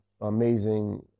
amazing